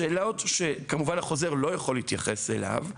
יש שאלות שהחוזר לא יכול להתייחס אליהן,